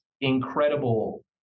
incredible